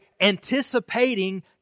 anticipating